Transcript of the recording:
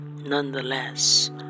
nonetheless